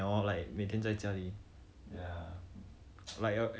I just can't wait to get moving with our life and really